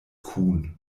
kuhn